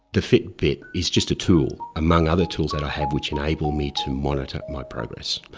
the fitbit is just a tool among other tools that i have which enable me to monitor my progress.